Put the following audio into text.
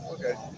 okay